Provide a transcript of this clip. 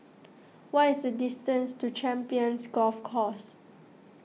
what is the distance to Champions Golf Course